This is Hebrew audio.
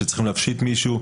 שצריכים להפשיט מישהו,